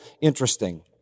interesting